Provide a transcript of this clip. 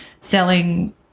selling